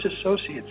Associates